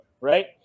right